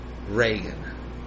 Reagan